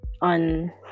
on